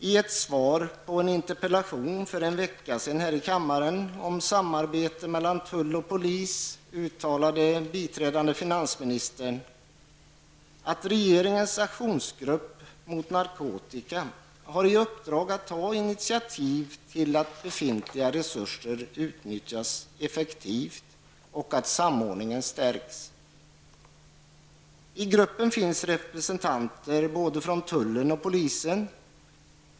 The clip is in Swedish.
I ett svar på en interpellation för en vecka sedan här i kammaren om samarbete mellan tull och polis uttalade biträdande finansministern att regeringens aktionsgrupp mot narkotika har i uppdrag att ta initiativ till att befintliga resurser utnyttjas effektivt och att samordningen stärks. I gruppen finns representanter från både tullen och polisen.